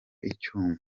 icyuma